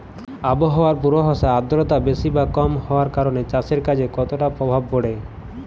আবহাওয়ার পূর্বাভাসে আর্দ্রতা বেশি বা কম হওয়ার কারণে চাষের কাজে কতটা প্রভাব পড়ে?